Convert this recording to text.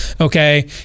Okay